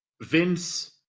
vince